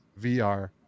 vr